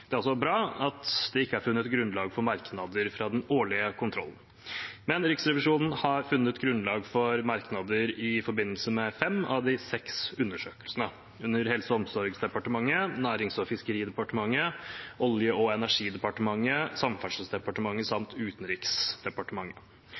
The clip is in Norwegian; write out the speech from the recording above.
Det er også bra at det ikke er funnet grunnlag for merknader fra den årlige kontrollen. Riksrevisjonen har funnet grunnlag for merknader i forbindelse med fem av de seks undersøkelsene under Helse- og omsorgsdepartementet, Nærings- og fiskeridepartementet, Olje- og energidepartementet, Samferdselsdepartementet